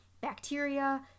bacteria